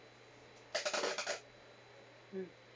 mm